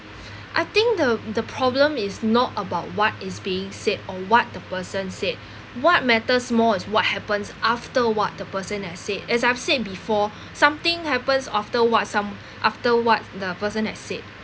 I think the the problem is not about what is being said or what the person said what matters more is what happens after what the person has said as I've said before something happens after what some after what the person has said